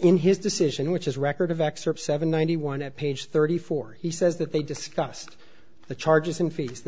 in his decision which is a record of excerpts seven ninety one at page thirty four he says that they discussed the charges in fees the